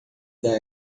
dar